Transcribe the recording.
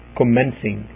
commencing